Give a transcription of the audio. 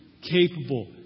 capable